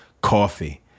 coffee